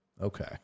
Okay